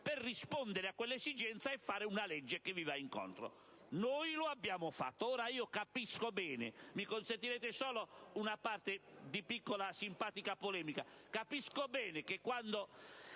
per rispondere a quell'esigenza è fare una legge che vada incontro. Noi lo abbiamo fatto. Capisco bene - mi consentirete solo una parte di piccola e simpatica polemica - che quando